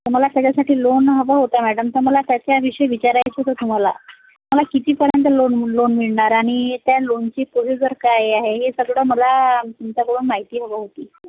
तर मला त्याच्यासाठी लोन हवं होतं मॅडम तर मला त्याच्याविषयी विचारायचं होतं तुम्हाला मला कितीपर्यंत लोन म लोन मिळणार आणि त्या लोनची पोजिजर काय आहे हे सगळं मला तुमच्याकडून माहिती हवी होती